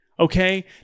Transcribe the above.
Okay